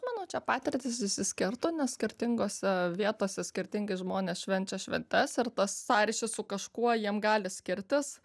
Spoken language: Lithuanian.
manau čia patirtys išsiskirtų nes skirtingose vietose skirtingi žmonės švenčia šventes ir tas sąryšis su kažkuo jiem gali skirtis